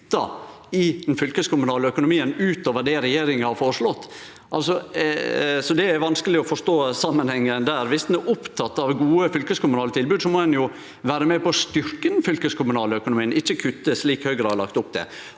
i den fylkeskommunale økonomien utover det regjeringa har føreslått. Det er vanskeleg å forstå samanhengen der. Viss ein er oppteken av gode fylkeskommunale tilbod, må ein jo vere med på å styrkje den fylkeskommunale økonomien, ikkje kutte, slik Høgre har lagt opp til.